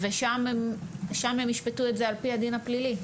ושם ישפטו אותו על פי הדין הפלילי.